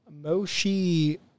Moshi